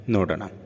Nodana